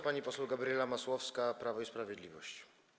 Pani poseł Gabriela Masłowska, Prawo i Sprawiedliwość.